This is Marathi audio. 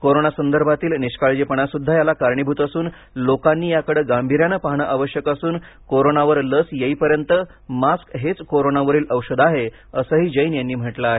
कोरोनासंदर्भातील निष्काळजीपणासुद्धा याला कारणीभूत असून लोकांनी याकडे गांभीर्याने पाहणं आवश्यक असून कोरोनावर लस येईपर्यंत मास्क हेच कोरोनावरील औषध आहे असंही जैन यांनी म्हटलं आहे